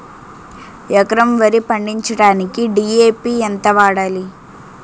ఎకరం వరి పండించటానికి డి.ఎ.పి ఎంత వాడాలి?